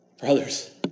Brothers